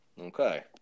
Okay